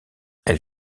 elle